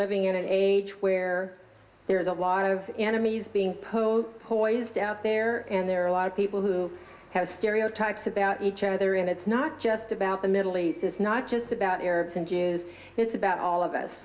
living in an age where there is a lot of enemies being po po used to out there and there are a lot of people who have stereotypes about each other and it's not just about the middle east it's not just about arabs and jews it's about all of us